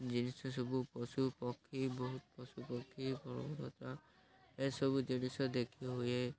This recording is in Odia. ଜିନିଷ ସବୁ ପଶୁ ପକ୍ଷୀ ବହୁତ ପଶୁ ପକ୍ଷୀ ପର୍ବତ ଏସବୁ ଜିନିଷ ଦେଖି ହୁଏ